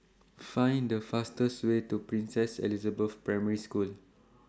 Find The fastest Way to Princess Elizabeth Primary School